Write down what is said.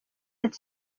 ati